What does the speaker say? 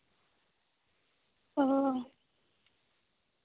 ᱚ